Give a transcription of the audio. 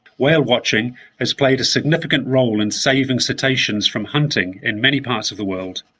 whale watching has played a significant role in saving cetaceans from hunting in many parts of the world.